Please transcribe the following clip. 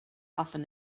often